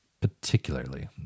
particularly